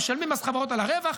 משלמים מס חברות על הרווח.